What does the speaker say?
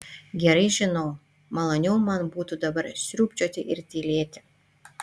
gerai žinau maloniau man būtų dabar sriubčioti ir tylėti